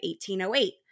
1808